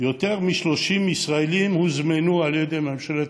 יותר מ-30 ישראלים הוזמנו על ידי ממשלת